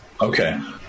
Okay